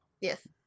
Yes